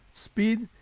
speed,